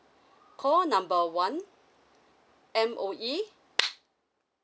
call number one M_O_E